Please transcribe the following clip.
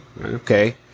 okay